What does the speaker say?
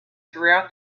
throughout